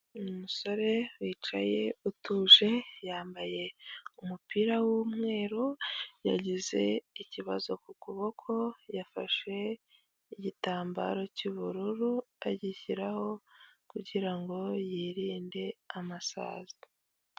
Umusore wicaye utuje yambaye umupira w'umweru yagize ikibazo ku kuboko, yafashe igitambaro cy'ubururu agishyiraho kugirango yirinde amasazi.